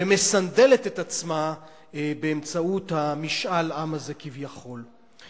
ומסנדלת את עצמה באמצעות משאל העם הזה, כביכול.